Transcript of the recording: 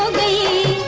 me,